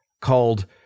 called